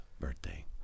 birthday